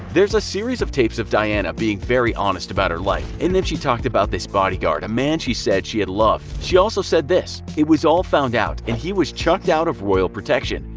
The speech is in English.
there are a series of tapes of diana being very honest about her life. in them she talked about this bodyguard, a man she said she had loved. she also said this, it was all found out and he was chucked out of royal protection.